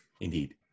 indeed